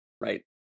right